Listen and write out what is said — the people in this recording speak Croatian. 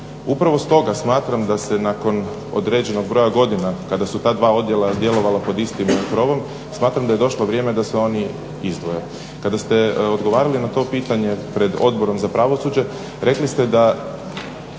Upravo stoga smatram da se nakon određenog broja godina kada su ta dva odjela djelovala pod istim krovom, smatram da je došlo vrijeme da se oni izdvoje. Kada ste odgovarali na to pitanje pred Odborom za pravosuđe rekli ste da